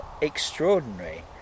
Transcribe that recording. extraordinary